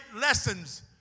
lessons